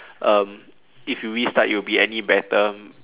um if you restart you'll be any better